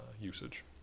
usage